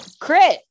crit